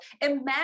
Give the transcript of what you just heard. Imagine